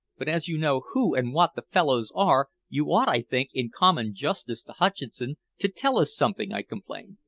but as you know who and what the fellows are, you ought, i think, in common justice to hutcheson, to tell us something, i complained.